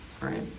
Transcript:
Right